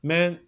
Man